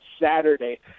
Saturday